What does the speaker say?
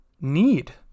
need